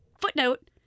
Footnote